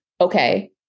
okay